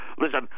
Listen